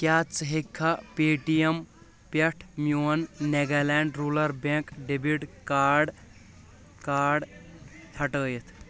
کیٛاہ ژٕ ہٮ۪کھا پے ٹی ایٚم پٮ۪ٹھ میون Nagaland rural bank debit card card ہٹٲیتھ؟